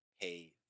pay